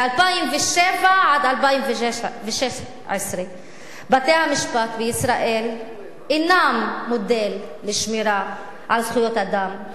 מ-2007 עד 2016. בתי-המשפט בישראל אינם מודל לשמירה על זכויות אדם,